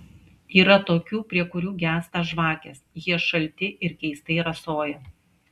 yra tokių prie kurių gęsta žvakės jie šalti ir keistai rasoja